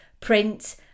print